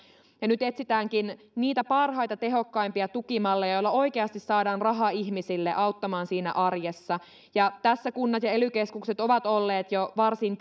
nyt etsitäänkin niitä parhaita tehokkaimpia tukimalleja joilla oikeasti saadaan rahaa ihmisille auttamaan arjessa tässä kunnat ja ely keskukset ovat olleet jo varsin